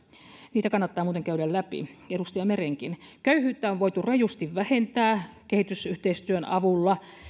niitä kannattaa muuten käydä läpi edustaja merenkin köyhyyttä on voitu rajusti vähentää kehitysyhteistyön avulla